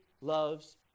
loves